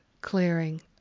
clearing